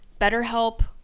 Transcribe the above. BetterHelp